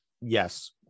Yes